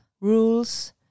rules